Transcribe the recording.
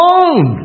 own